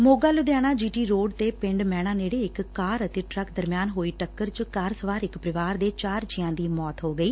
Moga Ludhiana G T road ਤੇ ਪਿੰਡ ਮਹਿਣਾ ਨੇੜੇ ਇਕ ਕਾਰ ਅਤੇ ਟਰੱਕ ਦਰਮਿਆਨ ਹੋਈ ਟਕੱਰ ਚ ਕਾਰ ਸਵਾਰ ਇਕ ਪਰਿਵਾਰ ਦੇ ਚਾਰ ਜੀਆਂ ਦੀ ਮੌਤ ਹੋ ਗਈ